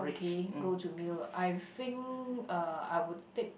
okay go to meal I think uh I would take